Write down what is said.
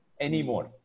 anymore